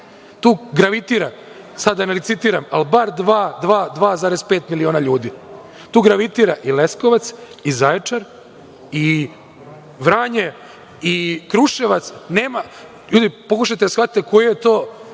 tu gravitira, sada da ne licitiram, ali barem 2,5 miliona ljudi, tu gravitira i Leskovac, Zaječar, Vranje i Kruševac, pokušajte da shvatite koji je to